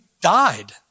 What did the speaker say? died